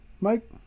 Mike